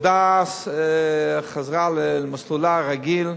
העבודה חזרה למסלולה כרגיל,